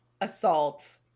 assault